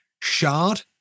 shard